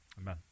Amen